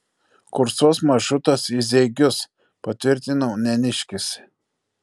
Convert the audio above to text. kursuos maršrutas į zeigius patvirtino neniškis